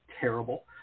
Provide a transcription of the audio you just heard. terrible